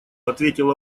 ответила